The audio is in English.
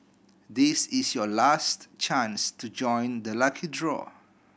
this is your last chance to join the lucky draw